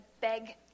beg